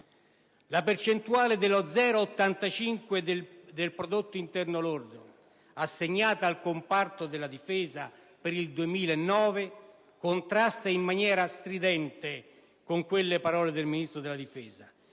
La percentuale dello 0,85 del prodotto interno lordo, assegnata al comparto della Difesa per il 2009, contrasta in maniera stridente con le parole dell'allora Ministro della difesa